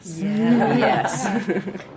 yes